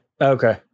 Okay